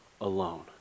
alone